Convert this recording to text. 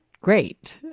great